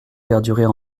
perdurer